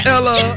Ella